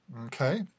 Okay